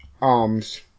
arms